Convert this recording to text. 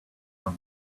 from